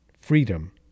freedom